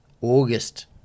August